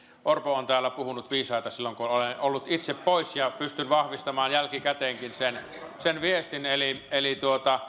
orpo on täällä puhunut viisaita silloin kun olen ollut itse pois ja pystyn vahvistamaan jälkikäteenkin sen sen viestin eli eli